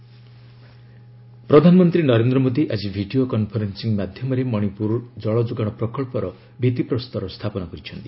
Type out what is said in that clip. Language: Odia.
ପିଏମ୍ ମଣିପୁର ପ୍ରଧାନମନ୍ତ୍ରୀ ନରେନ୍ଦ୍ର ମୋଦୀ ଆଜି ଭିଡ଼ିଓ କନ୍ଫରେନ୍ନିଂ ମାଧ୍ୟମରେ ମଣିପୁର କଳଯୋଗାଣ ପ୍ରକଳ୍ପର ଭିତ୍ତିପ୍ରସ୍ତର ସ୍ଥାପନ କରିଛନ୍ତି